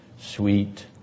sweet